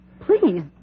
please